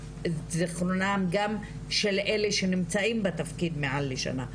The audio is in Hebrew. גם את אלה שנמצאים בתפקיד מעל לשנה,